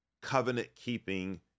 covenant-keeping